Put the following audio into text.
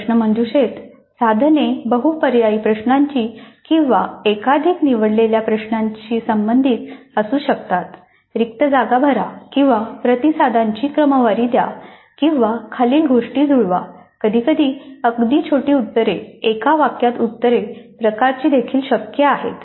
प्रश्नमंजुषेत साधने बहुपर्यायी प्रश्नांशी किंवा एकाधिक निवडलेल्या प्रश्नांशी संबंधित असू शकतात रिक्त जागा भरा किंवा प्रतिसादांची क्रमवारी द्या किंवा खालील गोष्टी जुळवा कधीकधी अगदी छोटी उत्तरे एका वाक्यात उत्तरे प्रकारची देखील शक्य आहेत